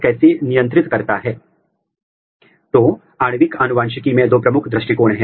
हमने चर्चा की है कि कोशिका से कोशिका का संचार विकास के मामले में एक प्रमुख प्रेरक कारक है